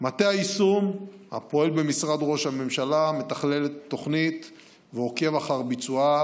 מטה היישום הפועל במשרד ראש הממשלה מתכלל את התוכנית ועוקב אחר ביצועה,